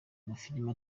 mafilimi